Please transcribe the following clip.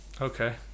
okay